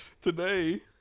Today